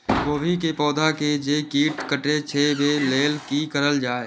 गोभी के पौधा के जे कीट कटे छे वे के लेल की करल जाय?